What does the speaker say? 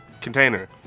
container